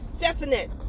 definite